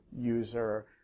user